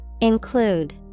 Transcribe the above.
Include